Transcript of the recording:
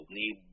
need